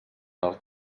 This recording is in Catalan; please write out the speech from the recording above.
als